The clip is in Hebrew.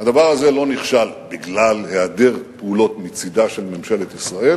שהדבר הזה לא נכשל בגלל היעדר פעולות מצדה של ממשלת ישראל.